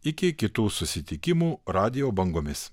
iki kitų susitikimų radijo bangomis